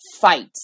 fight